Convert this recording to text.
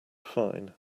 fine